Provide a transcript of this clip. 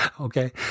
Okay